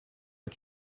est